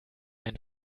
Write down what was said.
ein